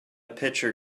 pitcher